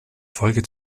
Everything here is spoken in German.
folge